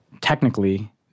Technically